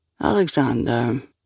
Alexander